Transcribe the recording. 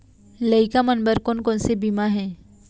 लइका मन बर कोन कोन से बीमा हे?